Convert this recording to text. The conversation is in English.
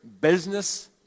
business